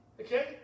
Okay